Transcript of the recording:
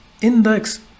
index